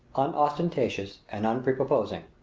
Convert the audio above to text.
unostentatious and unprepossessing.